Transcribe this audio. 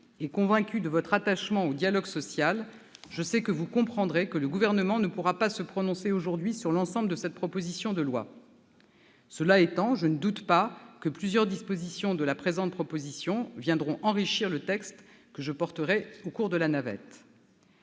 convaincue de votre attachement au dialogue social -, vous comprendrez que le Gouvernement ne puisse se prononcer aujourd'hui sur l'ensemble de cette proposition de loi. Cela étant, je ne doute pas que plusieurs dispositions de la présente proposition de loi viendront enrichir le texte que je porterai au cours de la navette.